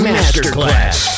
Masterclass